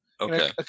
Okay